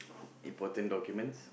important documents